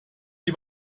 die